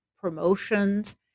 promotions